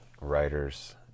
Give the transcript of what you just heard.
writers